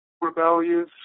rebellious